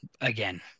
again